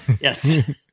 yes